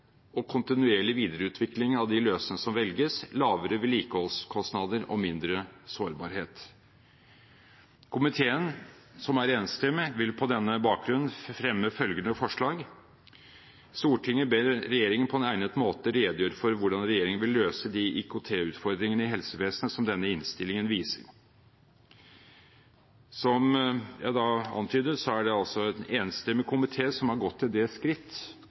og kontinuerlig videreutvikling av de løsninger som velges, lavere vedlikeholdskostnader og mindre sårbarhet. Komiteen, som er enstemmig, vil på denne bakgrunn fremme følgende forslag: «Stortinget ber regjeringen på egnet måte redegjøre for hvordan regjeringen vil løse de ikt-utfordringene i helsevesenet som denne innstillingen viser, jf. Innst. 67 S Som jeg antydet, er det en enstemmig komité som har gått til det skritt